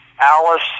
Alice